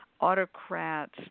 autocrats